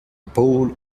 pole